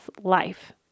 life